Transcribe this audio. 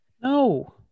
no